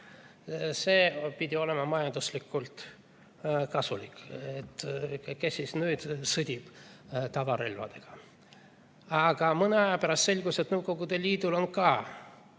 See pidi olema majanduslikult kasulik – kes siis nüüd sõdib tavarelvadega. Aga mõne aja pärast selgus, et Nõukogude Liidul on ka